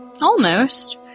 Almost